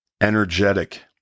energetic